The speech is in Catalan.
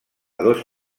dos